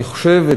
אני חושב,